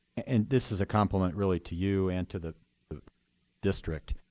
and this is a complement really to you and to the district.